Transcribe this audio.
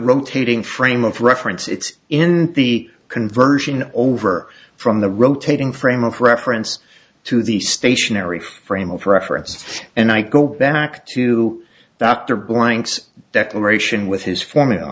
rotating frame of reference it's in the conversion over from the rotating frame of reference to the stationary frame of reference and i go back to dr blank's declaration with his formula